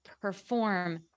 perform